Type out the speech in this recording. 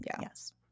yes